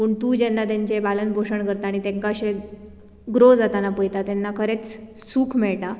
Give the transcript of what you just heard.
पूण तूं जेन्ना तेंचे पालन पोशण करता आनी तेंका अशें ग्रोव जातना पळयता तेन्ना खरेंच सूख मेळटा